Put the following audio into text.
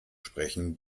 sprechen